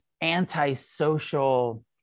anti-social